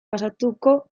pasatuko